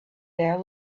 there